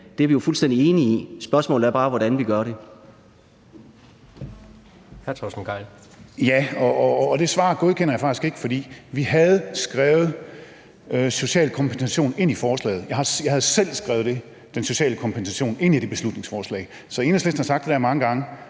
Hr. Torsten Gejl. Kl. 15:26 Torsten Gejl (ALT): Ja, men det svar godkender jeg faktisk ikke, for vi havde skrevet en social kompensation ind i forslaget – jeg havde selv skrevet den sociale kompensation ind i det beslutningsforslag. Enhedslisten har sagt det der mange gange,